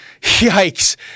Yikes